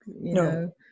no